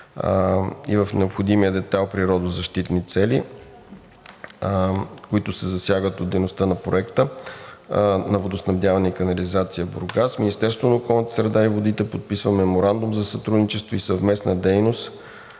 и в необходимия детайл природозащитни цели, които се засягат от дейността на Проекта на „Водоснабдяване и канализация“ – Бургас, Министерството на околната среда и водите подписва меморандум за сътрудничество и съвместна дейност,